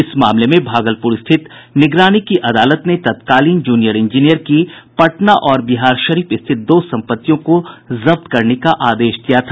इस मामले में भागलपुर स्थित निगरानी की अदालत ने तत्कालीन जूनियर इंजीनियर की पटना और बिहारशरीफ स्थित दो संपत्तियों को जब्त करने का आदेश दिया था